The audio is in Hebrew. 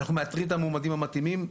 אנחנו מאתרים את המועמדים המתאימים.